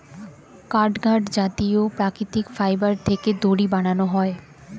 catgut জাতীয় প্রাকৃতিক fibre থেকে দড়ি বানানো হয়